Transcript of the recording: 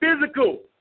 physical